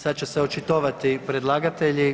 Sada će se očitovati predlagatelji.